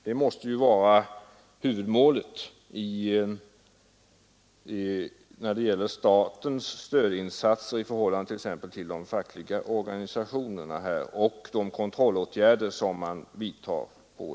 Det måste vara huvudmålet för statens stödinsatser till exempelvis de fackliga organisationerna och för de kontrollåtgärder som man vidtar.